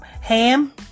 Ham